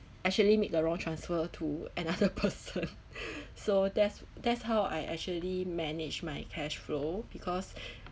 actually make the wrong transfer to another person so that's that's how I actually manage my cash flow because